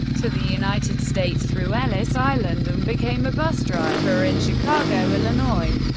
to the united states through ellis island and became a bus driver in chicago, illinois.